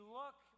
look